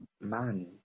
man